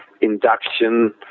induction